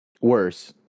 Worse